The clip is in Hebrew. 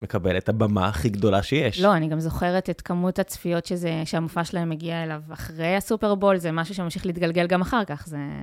מקבלת את הבמה הכי גדולה שיש. לא, אני גם זוכרת את כמות הצפיות שהמופע שלהם מגיע אליו. אחרי הסופרבול זה משהו שממשיך להתגלגל גם אחר כך, זה...